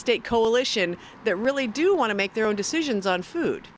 state coalition that really do want to make their own decisions on food